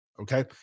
okay